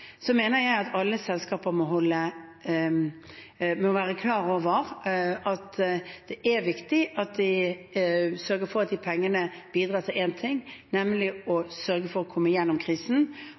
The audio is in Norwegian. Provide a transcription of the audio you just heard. Så mener jeg alle selskaper må være klar over at det er viktig å sørge for at disse pengene bidrar til én ting, nemlig å komme gjennom krisen og være styrket til å